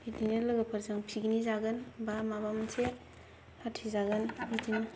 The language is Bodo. बिदिनो लोगोफोरजों पिकनिक जागोन बा माबा मोनसे पार्टि जागोन बा बिदिनो